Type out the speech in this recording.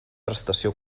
prestació